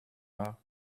are